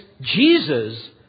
Jesus